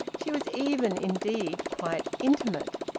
she was even indeed quite intimate.